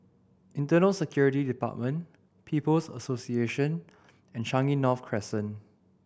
Internal Security Department People's Association and Changi North Crescent